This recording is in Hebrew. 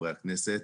חברי הכנסת,